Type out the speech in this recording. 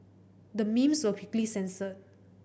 the memes were quickly censored